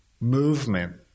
movement